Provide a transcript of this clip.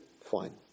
fine